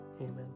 Amen